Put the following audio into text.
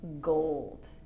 gold